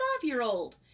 five-year-old